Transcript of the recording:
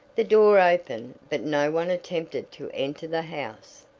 the door opened, but no one attempted to enter the house.